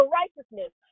righteousness